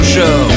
Show